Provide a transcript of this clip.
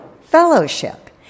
fellowship